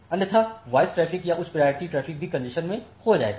अन्यथा voice traffic या उच्च प्रायोरिटी ट्रैफिक भी कॅन्जेशन में हो जाएगा